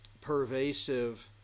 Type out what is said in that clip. pervasive